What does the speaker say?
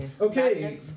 Okay